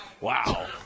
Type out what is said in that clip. Wow